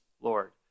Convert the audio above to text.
Lord